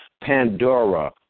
Pandora